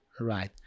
right